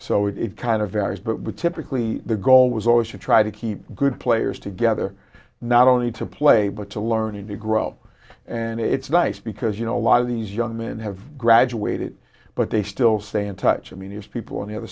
so it kind of varies but typically the goal was always to try to keep good players together not only to play but to learn and to grow and it's nice because you know a lot of these young men have graduated but they still stay in touch i mean there's people on the other